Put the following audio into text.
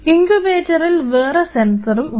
ഇങ്കുബേറ്ററിൽ വേറെ സെൻസർ ഉണ്ട്